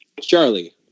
Charlie